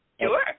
Sure